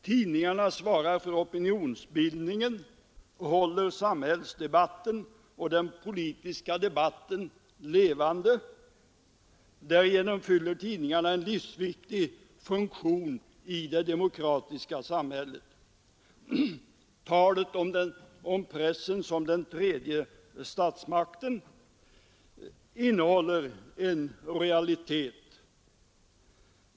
Tidningarna svarar för opinionsbildningen och håller samhällsdebatten och den politiska debatten levande. Därigenom fyller tidningarna en livsviktig funktion i det demokratiska samhället. Talet om pressen som den tredje statsmakten innehåller en realitet.